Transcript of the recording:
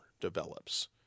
develops